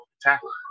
tackle